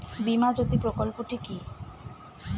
বীমা জ্যোতি প্রকল্পটি কি?